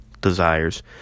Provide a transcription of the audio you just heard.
desires